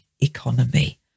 economy